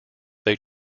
they